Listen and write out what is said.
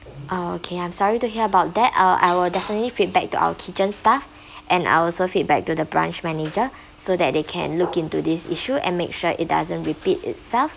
ah okay I'm sorry to hear about that I'll I will definitely feedback to our kitchen staff and I'll also feedback to the branch manager so that they can look into this issue and make sure it doesn't repeat itself